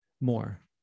more